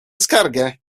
skargę